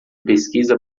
pesquisa